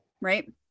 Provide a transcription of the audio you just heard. Right